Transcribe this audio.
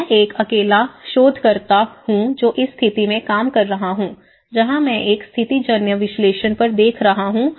मैं एक अकेला शोधकर्ता हूं जो इस स्थिति में काम कर रहा हूं जहां मैं एक स्थितिजन्य विश्लेषण पर देख रहा हूं